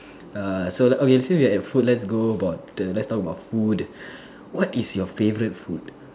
err so lah so we are at food so let's go about the let's talk about food what is your favorite food